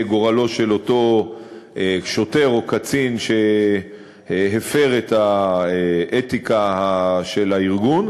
גורלו של אותו שוטר או קצין שהפר את האתיקה של הארגון,